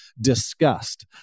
discussed